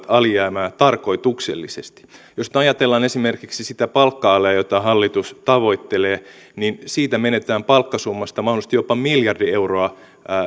alijäämää tarkoituksellisesti jos ajatellaan esimerkiksi sitä palkka alea jota hallitus tavoittelee niin siitä palkkasummasta menetetään mahdollisesti jopa miljardi euroa